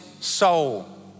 soul